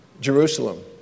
Jerusalem